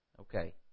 Okay